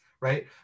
Right